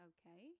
Okay